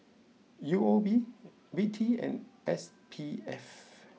U O B V T and S P F